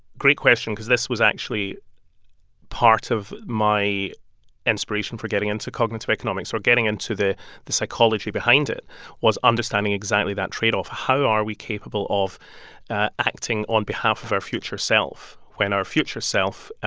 great question because this was actually part of my inspiration for getting into cognitive economics or getting into the the psychology behind it was understanding exactly that tradeoff. how are we capable of ah acting on behalf of our future self when our future self,